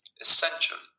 essentially